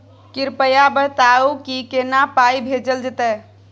कृपया बताऊ की केना पाई भेजल जेतै?